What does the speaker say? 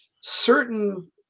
certain